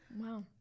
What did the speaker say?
wow